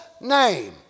name